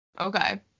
Okay